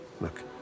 Look